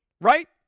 right